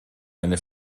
eine